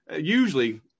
usually